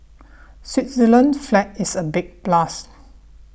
Switzerland's flag is a big plus